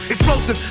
Explosive